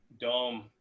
dome